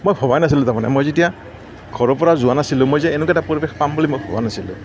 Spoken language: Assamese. মই ভবাই নাছিলোঁ তাৰমানে মই যেতিয়া ঘৰৰ পৰা যোৱা নাছিলোঁ মই যে এনেকুৱা এটা পৰিৱেশ পাম বুলি মই ভবা নাছিলোঁ